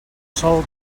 sol